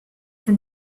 from